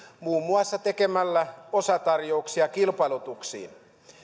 muun muassa mahdollistamalla osatarjousten tekemisen kilpailutuksiin